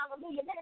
Hallelujah